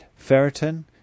Ferritin